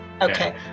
Okay